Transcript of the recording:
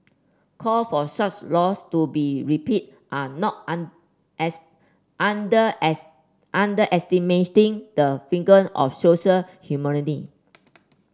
call for such laws to be repealed are not as under as underestimating the finger of social